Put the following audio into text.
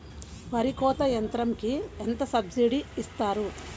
వరి కోత యంత్రంకి ఎంత సబ్సిడీ ఇస్తారు?